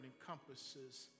encompasses